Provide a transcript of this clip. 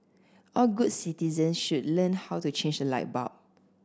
all good citizen should learn how to change a light bulb